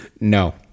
No